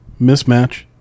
Mismatch